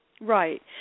Right